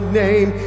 name